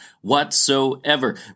whatsoever